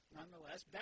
Nonetheless